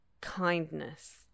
kindness